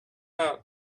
out